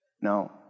Now